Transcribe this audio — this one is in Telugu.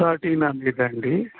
థర్టీన్ హండ్రెడ్ అండి